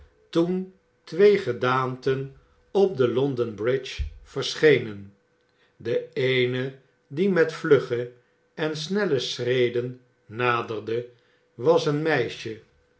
toen twee gedaanten op de l o n d o n bridge verschenen de eene die met vlugge en snelle schreden naderde was een meisje